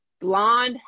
blonde